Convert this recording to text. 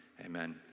amen